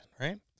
right